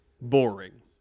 boring